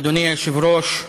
אדוני היושב-ראש,